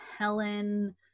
Helen